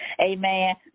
Amen